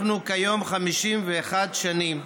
אנחנו כיום 51 שנים